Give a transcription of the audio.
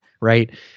right